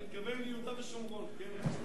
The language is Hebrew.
אתה מתכוון ליהודה ושומרון, כן?